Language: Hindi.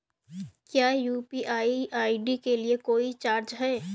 क्या यू.पी.आई आई.डी के लिए कोई चार्ज है?